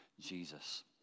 Jesus